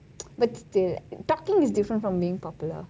but still talking is different from being popular